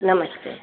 नमस्ते